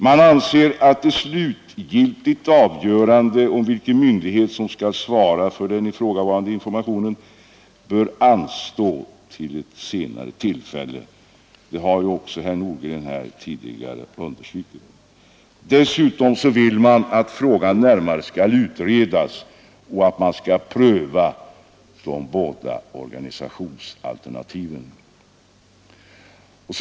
Man anser att ett slutgiltigt avgörande om vilken myndighet som skall svara för den ifrågavarande informationen bör anstå till ett senare tillfälle. Det har också herr Nordgren här tidigare understrukit. Dessutom vill man att frågan närmare skall utredas och att de båda organisationsalternativen skall prövas.